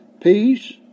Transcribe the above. peace